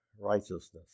righteousness